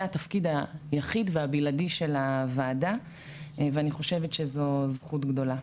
זה התפקיד היחיד והבלעדי של הוועדה ואני חושבת שזו זכות גדולה.